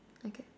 okay